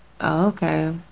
Okay